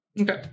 Okay